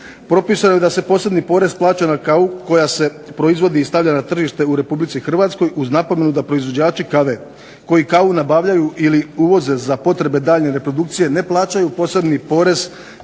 Propisano je da se posebni porez plaća na kavu koja se proizvodi i stavlja na tržište u RH uz napomenu da proizvođači kave koji kavu nabavljaju ili je uvoze za potrebe dalje reprodukcije ne plaćaju posebni porez